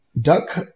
Duck